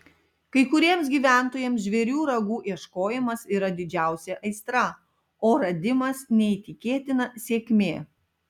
kai kuriems gyventojams žvėrių ragų ieškojimas yra didžiausia aistra o radimas neįtikėtina sėkmė